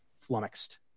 flummoxed